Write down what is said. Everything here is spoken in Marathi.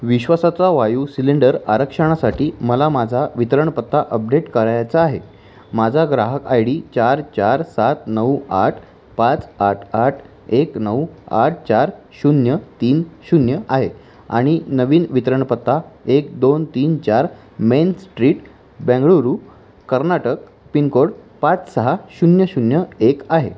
विश्वासाचा वायू सिलेंडर आरक्षणासाठी मला माझा वितरण पत्ता अपडेट करायचा आहे माझा ग्राहक आय डी चार चार सात नऊ आठ पाच आठ आठ एक नऊ आठ चार शून्य तीन शून्य आहे आणि नवीन वितरण पत्ता एक दोन तीन चार main street Bengaluru Karnataka pin code पाच सहा शून्य शून्य एक आहे